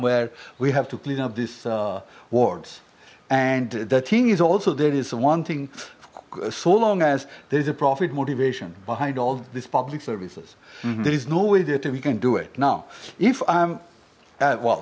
where we have to clean up these words and the thing is also there is one thing so long as there is a profit motivation behind all these public services there is no way that we can do it now if i'm well